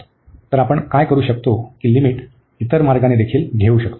तर आपण काय करू शकतो की लिमिट इतर मार्गाने देखील घेऊ शकतो